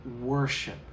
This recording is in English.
worship